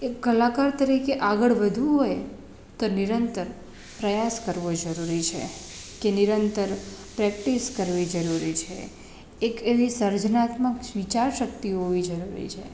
એક કલાકાર તરીકે આગળ વધવું હોય તો નિરંતર પ્રયાસ કરવો જરૂરી છે કે નિરંતર પ્રેક્ટિસ કરવી જરૂરી છે એક એવી સર્જનાત્મક વિચાર શક્તિ હોવી જરૂરી છે